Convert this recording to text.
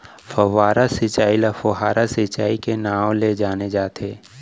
फव्हारा सिंचई ल फोहारा सिंचई के नाँव ले जाने जाथे